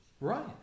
Right